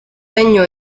regno